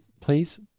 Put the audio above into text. please